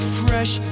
fresh